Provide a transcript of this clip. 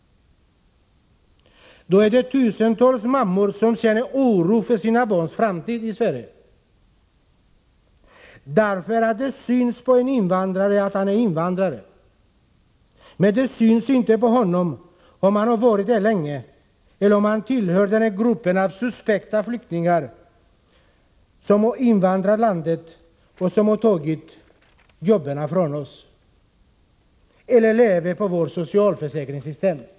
Då känner tusentals mammor oro för sina barns framtid i Sverige. Det syns nämligen på en invandrare att han är invandrare, men det syns inte på honom om han har varit här länge eller om han tillhör den grupp av suspekta flyktingar som har invaderat landet och tagit jobben från oss eller lever på vårt socialförsäkringssystem.